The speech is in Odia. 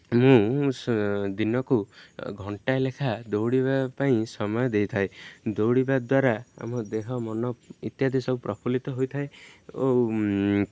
ମୁଁ ଦିନକୁ ଘଣ୍ଟାଏ ଲେଖା ଦୌଡ଼ିବା ପାଇଁ ସମୟ ଦେଇଥାଏ ଦୌଡ଼ିବା ଦ୍ୱାରା ଆମ ଦେହ ମନ ଇତ୍ୟାଦି ସବୁ ପ୍ରଫୁଲ୍ଲିତ ହୋଇଥାଏ ଓ